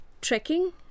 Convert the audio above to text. trekking